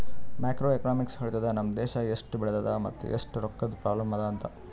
macro economics ಹೇಳ್ತುದ್ ನಮ್ ದೇಶಾ ಎಸ್ಟ್ ಬೆಳದದ ಮತ್ ಎಸ್ಟ್ ರೊಕ್ಕಾದು ಪ್ರಾಬ್ಲಂ ಅದಾ ಅಂತ್